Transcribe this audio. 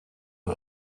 que